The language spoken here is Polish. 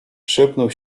szepnął